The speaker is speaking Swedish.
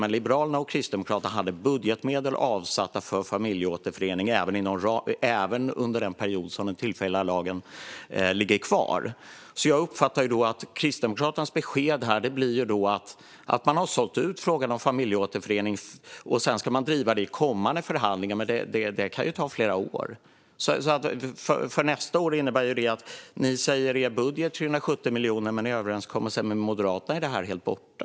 Men Liberalerna och Kristdemokraterna hade budgetmedel avsatta för familjeåterförening även under den period som den tillfälliga lagen är kvar. Jag uppfattar att Kristdemokraternas besked här blir att de har sålt ut frågan om familjeåterförening, och sedan ska de driva det i kommande förhandlingar. Det kan ta flera år. För nästa år innebär det att ni i er budget säger 370 miljoner. Men i överenskommelsen med Moderaterna är det helt borta.